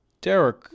Derek